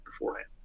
beforehand